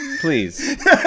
please